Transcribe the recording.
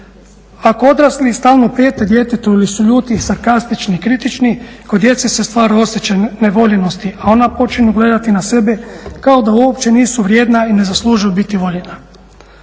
Ako odrasli stalno prijete djetetu ili su ljuti, sarkastični i kritični kod djece se stvara osjećaj nevoljenosti, a ona počinju gledati na sebe kao da uopće nisu vrijedna i ne zaslužuju biti voljena.